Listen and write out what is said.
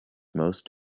most